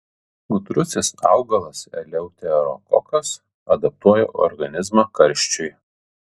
gudrusis augalas eleuterokokas adaptuoja organizmą karščiui